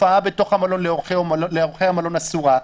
הופעה בתוך המלון לאורחי המלון אסורה.